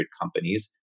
companies